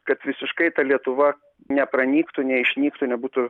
kad visiškai ta lietuva nepranyktų neišnyktų nebūtų